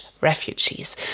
refugees